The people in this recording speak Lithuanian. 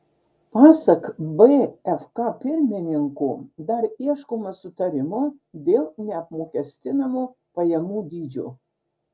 pasak bfk pirmininko dar ieškoma sutarimo dėl neapmokestinamo pajamų dydžio